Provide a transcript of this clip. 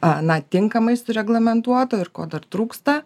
a na tinka maistui reglamentuoto ir ko dar trūksta